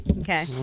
Okay